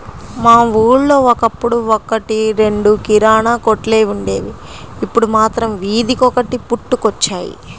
మా ఊళ్ళో ఒకప్పుడు ఒక్కటి రెండు కిరాణా కొట్లే వుండేవి, ఇప్పుడు మాత్రం వీధికొకటి పుట్టుకొచ్చాయి